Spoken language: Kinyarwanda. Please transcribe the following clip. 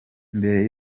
mbere